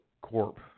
Corp